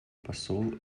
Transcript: посол